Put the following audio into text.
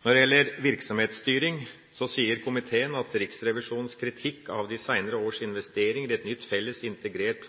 Når det gjelder virksomhetsstyring, sier komiteen at Riksrevisjonens kritikk av de seinere års investeringer i nytt felles integrert